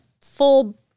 full